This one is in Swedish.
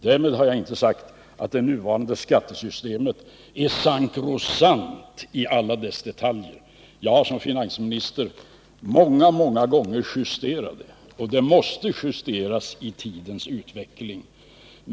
Därmed har jag inte sagt att det nuvarande skattesystemet är sakrosankt i alla sina detaljer. Jag har som finansminister många, många gånger justerat skattesystemet, och det måste justeras i tidens utveckling.